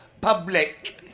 public